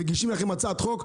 מגישים לכם הצעת חוק,